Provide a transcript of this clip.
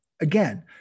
Again